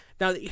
Now